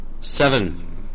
seven